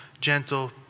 gentle